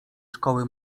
szkoły